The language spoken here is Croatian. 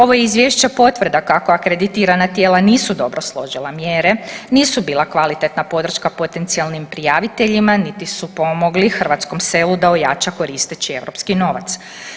Ovo izvješće je potvrda kako akreditirana tijela nisu dobro složila mjere, nisu bila kvalitetna podrška potencijalnim prijaviteljima niti su pomogli hrvatskom selu da ojača koristeći europski novac.